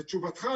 לתשובתך,